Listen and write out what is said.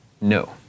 No